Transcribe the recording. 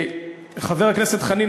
ודאי.